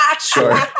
Sure